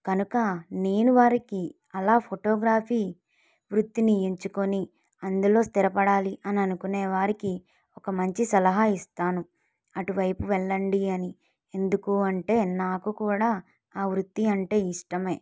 కనుక నేను వారికి అలా ఫోటోగ్రఫీ వృత్తిని ఎంచుకుని అందులో స్థిరపడాలి అని అనుకునే వారికి ఒక మంచి సలహా ఇస్తానును అటువైపు వెళ్ళండి అని ఎందుకు అంటే నాకు కూడా ఆ వృత్తి అంటే ఇష్టమే